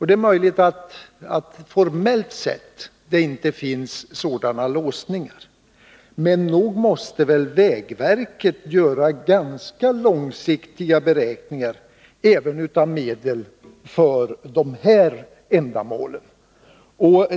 Det är möjligt att det formellt sett inte finns sådana låsningar — men nog måste vägverket göra ganska långsiktiga beräkningar beträffande åtgången av medel även för de här ändamålen.